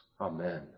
Amen